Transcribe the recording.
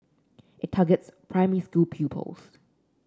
it targets primary school pupils